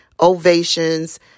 ovations